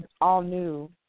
all-new